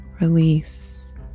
release